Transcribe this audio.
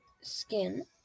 skin